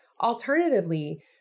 Alternatively